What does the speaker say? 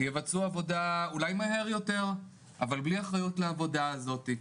יבצעו עבודה אולי מהר יותר אבל בלי אחריות לעבודה הזאת,